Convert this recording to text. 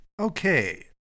Okay